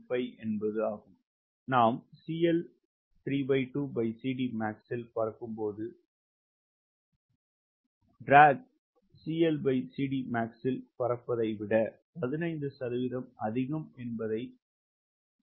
நாம் இல் பறக்கும்போது இழுப்பது இல் பறப்பதை விட 15 சதவீதம் அதிகம் என்பதை நாங்கள் உணர்கிறோம்